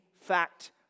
fact